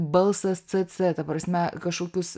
balsas c c ta prasme kažkokius